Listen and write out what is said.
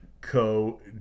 Co